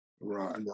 Right